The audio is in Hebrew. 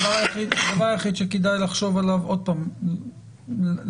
הדבר היחיד שכדאי לחושב עליו עוד פעם, להמשך,